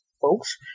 folks